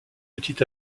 petit